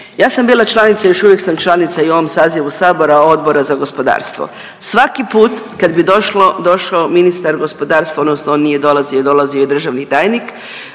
Ja sam bila članica i još uvijek sam članica i u ovom sazivu sabora Odbora za gospodarstvo. Svaki put kad bi došlo, došao ministar gospodarstva odnosno on nije dolazio, dolazio je državni tajnik,